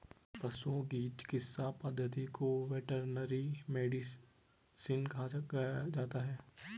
पशुओं की चिकित्सा पद्धति को वेटरनरी मेडिसिन कहा जाता है